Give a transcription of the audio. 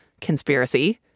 Conspiracy